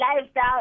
lifestyle